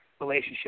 relationship